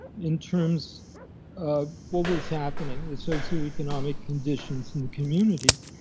in terms of what was happening, the socioeconomic conditions in the communities.